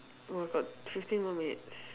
oh my god fifteen more minutes